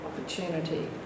opportunity